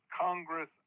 Congress